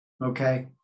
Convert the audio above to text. Okay